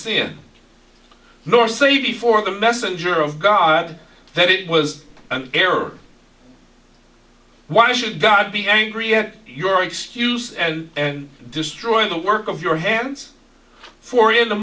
it nor say before the messenger of god that it was an error why should god be angry at your excuse and destroying the work of your hands for in a